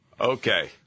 Okay